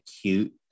cute